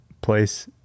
place